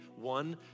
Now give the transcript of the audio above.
One